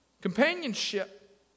Companionship